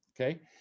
okay